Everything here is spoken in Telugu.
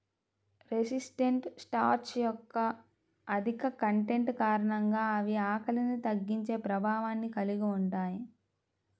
రెసిస్టెంట్ స్టార్చ్ యొక్క అధిక కంటెంట్ కారణంగా అవి ఆకలిని తగ్గించే ప్రభావాన్ని కలిగి ఉంటాయి